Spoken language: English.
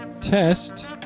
test